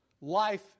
life